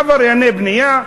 עברייני בנייה.